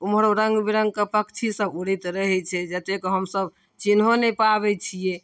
ओम्हरो रङ्ग बिरङ्गके पक्षीसब उड़ैत रहै छै जतेक हमसभ चिन्हो नहि पाबै छिए